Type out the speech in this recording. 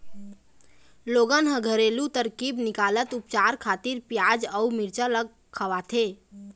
लोगन ह घरेलू तरकीब निकालत उपचार खातिर पियाज अउ मिरचा ल खवाथे